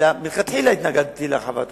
אלא שמלכתחילה התנגדתי להרחבת החוק.